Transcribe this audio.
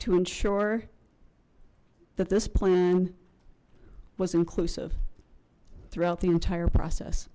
to ensure that this plan was inclusive throughout the entire process